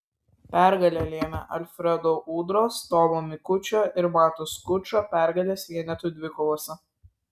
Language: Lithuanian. pergalę lėmė alfredo udros tomo mikučio ir mato skučo pergalės vienetų dvikovose